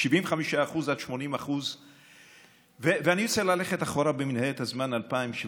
75% עד 80%. אני רוצה ללכת אחורה במנהרת הזמן ל-2017.